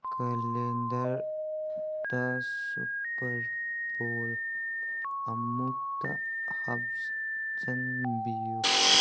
ꯀꯦꯂꯦꯟꯗꯔꯗ super bowl ꯑꯃꯨꯛꯇ ꯍꯥꯞꯆꯟꯕꯤꯌꯨ